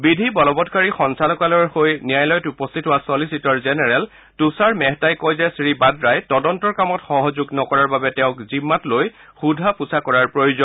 বিধি বলবংকাৰী সঞ্চালকালয়ৰ হৈ ন্যায়ালয়ত উপস্থিত হোৱা চলিচিটৰ জেনেৰেল তুষাৰ মেহতাই কয় যে শ্ৰীভাদ্ৰাই তদন্তৰ কামত সহযোগ নকৰাৰ বাবে তেওঁক জিম্মাত লৈ সোধা পোচা কৰাৰ প্ৰয়োজন